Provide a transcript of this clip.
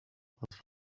but